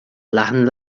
leathan